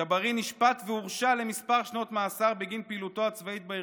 ג'בארין נשפט והורשע לכמה שנות מאסר בגין פעילותו הצבאית בארגון.